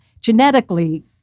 genetically